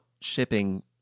shipping